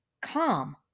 calm